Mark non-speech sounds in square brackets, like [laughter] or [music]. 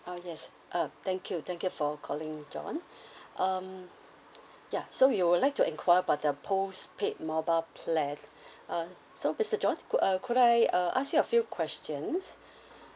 oh yes uh thank you thank you for calling john [breath] um ya so you would like to enquire about the postpaid mobile plan uh so mister john could uh could I uh ask a few questions